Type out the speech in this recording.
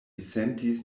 sentis